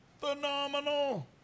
phenomenal